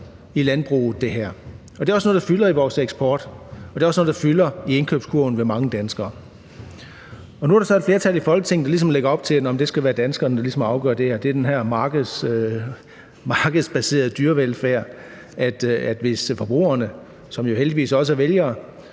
i landbruget. Det er også noget, der fylder i vores eksport, og det er også noget, der fylder i indkøbskurven for mange danskeres vedkommende. Nu er der så et flertal i Folketinget, der ligesom lægger op til, at det skal være danskerne, der ligesom afgør det her – det er den her markedsbaserede dyrevelfærd om, at hvis forbrugerne, som jo heldigvis også er vælgere,